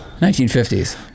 1950s